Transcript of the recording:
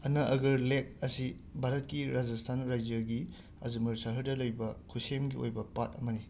ꯑꯅ ꯑꯒꯔ ꯂꯦꯛ ꯑꯁꯤ ꯕꯥꯔꯠꯀꯤ ꯔꯥꯖꯁꯊꯥꯟ ꯔꯥꯏꯖ꯭ꯌꯒꯤ ꯑꯖꯃꯔ ꯁꯍꯔꯗ ꯂꯩꯕ ꯈꯨꯁꯦꯝꯒꯤ ꯑꯣꯏꯕ ꯄꯥꯠ ꯑꯃꯅꯤ